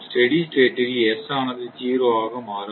steady state ல் S ஆனது 0 ஆக மாறும்